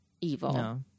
evil